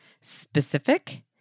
specific